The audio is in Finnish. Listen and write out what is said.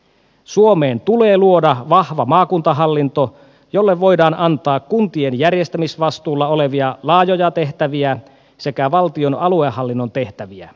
suomeen tulee luoda vahva maakuntahallinto jolle voidaan antaa kuntien järjestämisvastuulla olevia laajoja tehtäviä sekä valtion aluehallinnon tehtäviä